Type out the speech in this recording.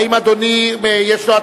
האם אדוני יש לו,